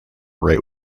right